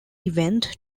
event